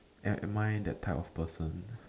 am am I that type of person